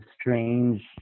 strange